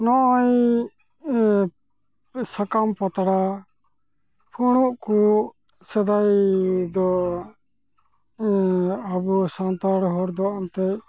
ᱱᱚᱜᱼᱚᱸᱭ ᱥᱟᱠᱟᱢ ᱯᱟᱛᱲᱟ ᱯᱷᱩᱲᱩᱜ ᱠᱩ ᱥᱮᱫᱟᱭ ᱫᱚ ᱟᱵᱚ ᱥᱟᱱᱛᱟᱲ ᱦᱚᱲ ᱫᱚ ᱮᱱᱛᱮᱡ